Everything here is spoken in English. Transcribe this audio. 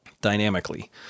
dynamically